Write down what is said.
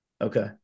Okay